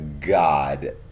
God